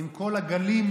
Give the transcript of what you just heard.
עם כל הגלים,